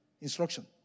instruction